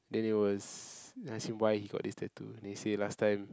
then they was then I say why you got this tattoo then he say last time